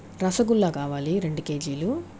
రసగుల్లా కావాలి రెండు కేజీలు